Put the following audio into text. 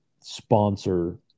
sponsor